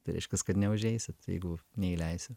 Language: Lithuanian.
tai reiškias kad neužeisit jeigu neįleisiu